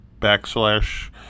backslash